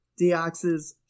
Deoxys